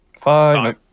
Five